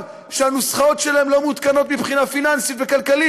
שהנוסחאות שלהם לא מעודכנות מבחינה פיננסית וכלכלית,